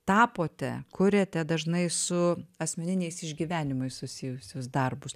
tapote kuriate dažnai su asmeniniais išgyvenimais susijusius darbus